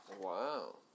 Wow